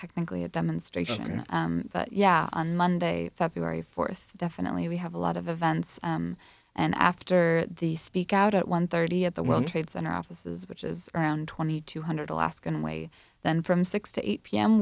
technically a demonstration but yeah on monday february fourth definitely we have a lot of events and after the speak out at one thirty at the well trade center offices which is around twenty two hundred alaskan way then from six to eight p